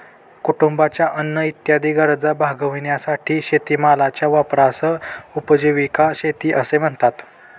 कुटुंबाच्या अन्न इत्यादी गरजा भागविण्यासाठी शेतीमालाच्या वापरास उपजीविका शेती असे म्हणतात